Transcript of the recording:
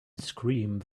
screamed